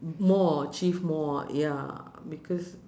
more achieve more ya because